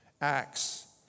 acts